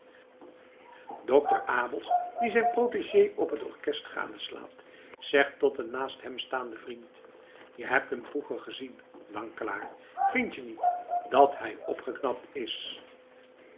dokter abels die zijn protégé op t orkest gadeslaat zegt tot een naast hem staanden vriend je hebt hem vroeger gezien dankelaar vind je niet dat hij opgeknapt is